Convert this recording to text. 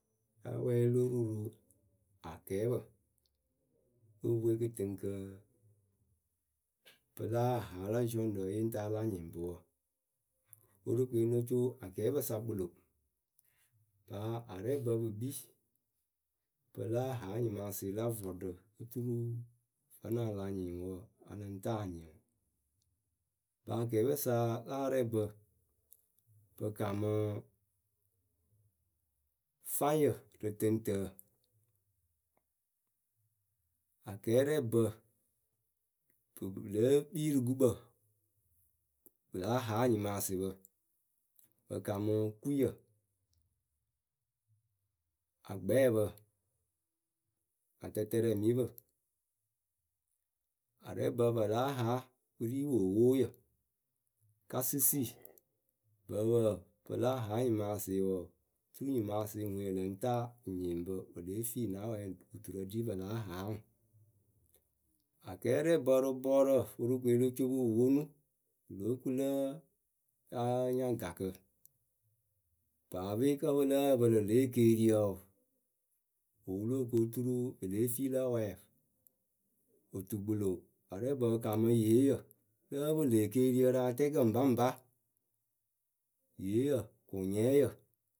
La wɛɛlɩ lo ru rɨ akɛɛpǝ le epɨ we kɨtɨŋkǝ. pɨ láa haa lǝ ziɔrǝ yǝŋ taa la nyɩŋ pɨ wǝ. Worokoyǝ lo co akɛɛpǝ sa kpɨlo., Arɛɛbǝ pɨ kpii Pɨ láa haa nyɩmaasɩɩ la vɔɔɖǝ oturu vǝ́nɨ a la nyɩŋ ŋwɨ wɔɔ, a lɨŋ taa anyɩŋ ŋwɨ.,Ŋpɨ akɛɛpǝ sa la arɛɛbǝ pɨ kamɨ fáŋyǝ rɨ tɨŋtǝǝ Akɛɛrɛbǝ pɨ, pɨ lée kpii rɨ gʊkpǝ pɨ láa haa anyɩmaasɩpǝ, pɨ kamɨ kouyǝ akpɛɛpǝ, atɨtɛrɛmɩpǝ, arɛɛbǝ pɨ láa haa wɨ ri wowoyǝ kasisii pɨ láa haa nyɩmaasɩɩ wǝǝ. turu nyɩmaasɩɩ ŋwee nɨŋ taa nyɩŋ bɨ wɨ lée fii na wɛɛ duturǝ ɖi pɨ láa haa ŋwʊ. Akɛɛrɛɛbǝ rɨ bɔɔrǝ Worokoe lo co pɨ wɨ ponu Pɨ lóo ku lǝ áa nya gakǝ paape kǝ́ pɨ lǝ́ǝ pɨlɨ lě ekeeriyǝ wɔɔ, ŋwɨ wɨ lóo ku oturu wɨ lée fii lǝ wɛɛwǝ, otukpǝlo, arɛɛbǝ pɨ kamɨ yeeyǝ lǝ́ǝ pɨlɨ ekeeriyǝ rɨ atɛɛkǝ ŋpaŋpa Yeeyǝ kʊnyɛɛyǝ